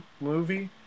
movie